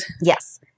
Yes